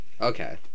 Okay